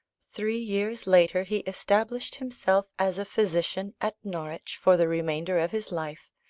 three years later he established himself as a physician at norwich for the remainder of his life,